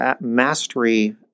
mastery